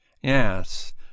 yes